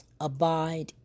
abide